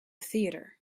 theater